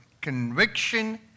conviction